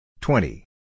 twenty